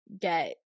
get